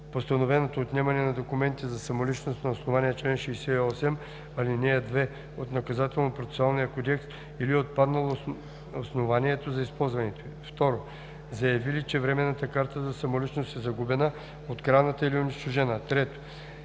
постановеното отнемане на документите за самоличност на основание чл. 68, ал. 2 от Наказателно-процесуалния кодекс или е отпаднало основанието за използването ѝ; 2. заявили, че временната карта за самоличност е изгубена, открадната или унищожена; 3.